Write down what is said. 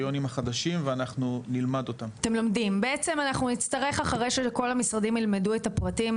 בעצם אנחנו נצטרך אחרי שכל המשרדים ילמדו את הפרטים,